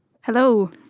Hello